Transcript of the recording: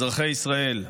אזרחי ישראל,